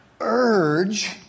urge